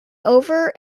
over